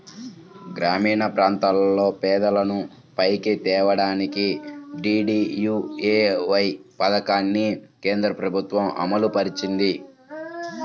గ్రామీణప్రాంతాల్లో పేదలను పైకి తేడానికి డీడీయూఏవై పథకాన్ని కేంద్రప్రభుత్వం అమలుపరిచింది